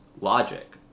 logic